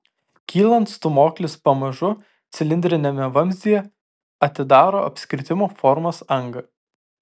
kylant stūmoklis pamažu cilindriniame vamzdyje atidaro apskritimo formos angą